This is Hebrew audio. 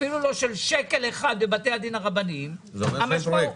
אפילו לא של שקל אחד בבתי הדין הרבניים -- זה אומר שאין פרויקטים.